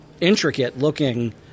intricate-looking